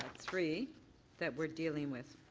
three that we're dealing with.